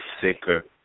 sicker